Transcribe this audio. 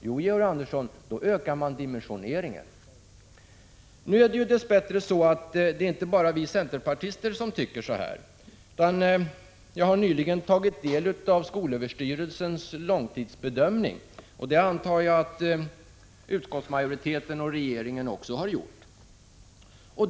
Jo, Georg Andersson, då ökar man dimensioneringen. Nu är det dess bättre så att det inte bara är vi centerpartister som tycker så här. Jag har nyligen tagit del av skolöverstyrelsens långtidsbedömning. Jag antar att utskottsmajoriteten och regeringen också har gjort det.